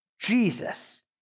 Jesus